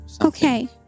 Okay